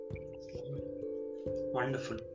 Wonderful